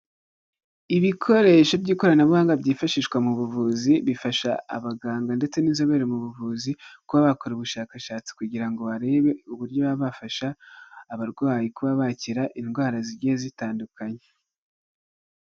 Ibikoresho by'ikoranabuhanga byifashishwa mu buvuzi, bifasha abaganga ndetse n'inzobere mu buvuzi, kuba bakora ubushakashatsi kugira ngo barebe uburyo baba bafasha abarwayi kuba bakira indwara zigiye zitandukanye.